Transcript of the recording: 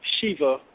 Shiva